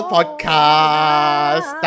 Podcast